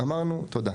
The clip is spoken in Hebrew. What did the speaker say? אמרנו תודה.